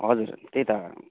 हजुर त्यही त